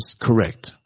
correct